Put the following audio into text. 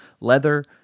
leather